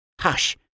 Hush